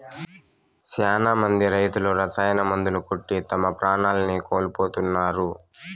శ్యానా మంది రైతులు రసాయన మందులు కొట్టి తమ ప్రాణాల్ని కోల్పోతున్నారు